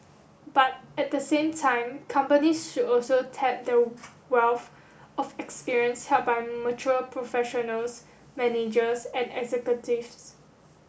but at the same time companies should also tap the wealth of experience held by mature professionals managers and executives